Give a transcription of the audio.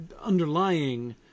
underlying